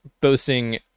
boasting